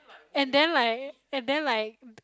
and then like and then like